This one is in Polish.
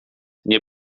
nie